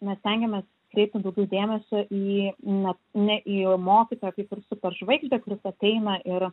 mes stengiamės kreipti daugiau dėmesio į na ne į mokytoją kaip ir superžvaigždę kuris ateina ir